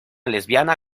lesbiana